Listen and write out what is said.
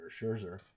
Scherzer